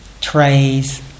trays